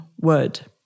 word